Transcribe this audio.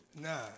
Nah